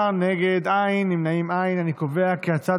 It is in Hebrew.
ההצעה